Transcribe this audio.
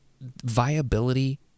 viability